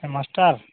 ᱦᱮᱸ ᱢᱟᱥᱴᱟᱨ